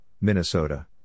Minnesota